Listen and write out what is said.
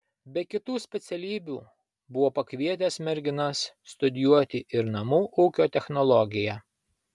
be kitų specialybių buvo pakvietęs merginas studijuoti ir namų ūkio technologiją